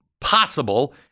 possible